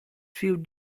few